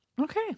Okay